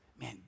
man